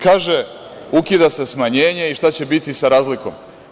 Kaže – ukida se smanjenje i šta će biti sa razlikom?